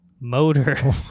Motor